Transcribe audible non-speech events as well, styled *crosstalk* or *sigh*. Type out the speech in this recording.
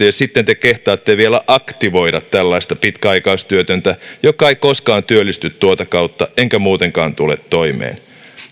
*unintelligible* ja sitten te kehtaatte vielä aktivoida tällaista pitkäaikaistyötöntä joka ei koskaan työllisty tuota kautta enkä muutenkaan tule toimeen